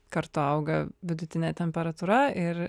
kartu auga vidutinė temperatūra ir